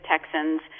Texans